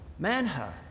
Manha